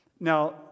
Now